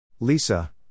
Lisa